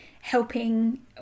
helping